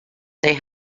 they